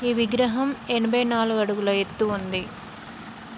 ఈ విగ్రహం ఎనభై నాలుగు అడుగుల ఎత్తు ఉంది